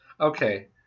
Okay